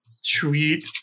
Sweet